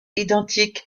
identique